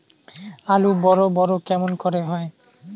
আলু বড় বড় কেমন করে হয়?